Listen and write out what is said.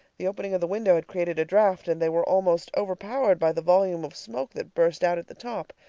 the opening of the window had created a draft, and they were almost overpowered by the volume of smoke that burst out at the top.